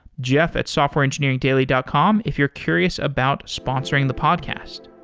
jeff at softwareengineeringdaily dot com if you're curious about sponsoring the podcast